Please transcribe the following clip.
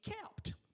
kept